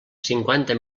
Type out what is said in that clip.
cinquanta